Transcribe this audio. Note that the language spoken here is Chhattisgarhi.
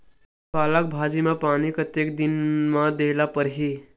पालक भाजी म पानी कतेक दिन म देला पढ़ही?